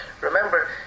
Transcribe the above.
Remember